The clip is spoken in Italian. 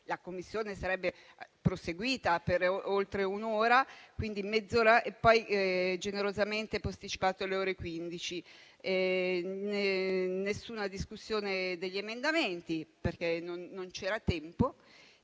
la Commissione sarebbe proseguita per oltre un'ora - poi generosamente posticipato alle ore 15. Nessuna discussione degli emendamenti, perché non c'era tempo